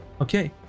Okay